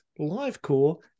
LiveCore